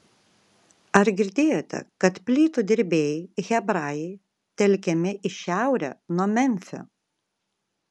ar girdėjote kad plytų dirbėjai hebrajai telkiami į šiaurę nuo memfio